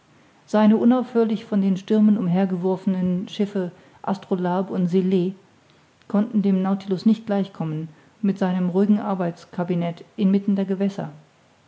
seine unaufhörlich von den stürmen umhergeworfenen schiffe astrolabe und zle konnten dem nautilus nicht gleich kommen mit seinem ruhigen arbeitscabinet inmitten der gewässer